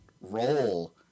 role